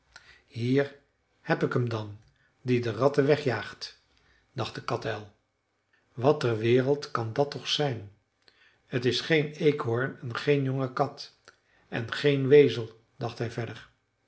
hier heb ik hem dan die de ratten wegjaagt dacht de katuil wat ter wereld kan dat toch zijn t is geen eekhoorn en geen jonge kat en geen wezel dacht zij verder